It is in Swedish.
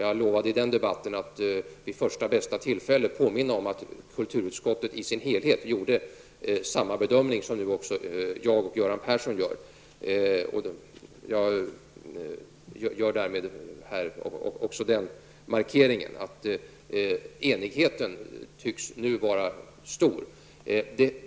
Jag lovade vid den debatten att vid första bästa tillfälle påminna om att kulturutskottet i sin helhet gjorde samma bedömning som nu också jag och Göran Persson gör. Jag gör härmed också den markeringen att enigheten nu tycks vara stor.